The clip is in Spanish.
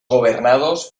gobernados